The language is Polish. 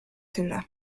tyle